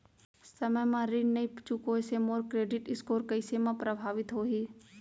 समय म ऋण नई चुकोय से मोर क्रेडिट स्कोर कइसे म प्रभावित होही?